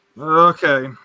Okay